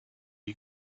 you